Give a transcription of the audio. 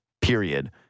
period